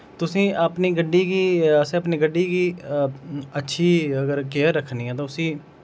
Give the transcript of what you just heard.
तुसें अपनी गड्डी गी असें अपनी गड्डी गी अच्छी अगर केयर रक्खनी ऐ तां उसी